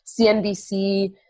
CNBC